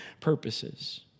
purposes